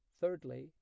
Thirdly